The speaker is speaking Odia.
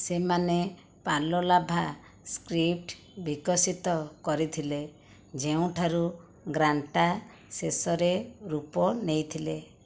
ସେମାନେ ପାଲଲାଭା ସ୍କ୍ରିପ୍ଟ ବିକଶିତ କରିଥିଲେ ଯେଉଁଠାରୁ ଗ୍ରାଣ୍ଟା ଶେଷରେ ରୂପ ନେଇଥିଲେ